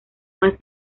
más